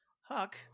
Huck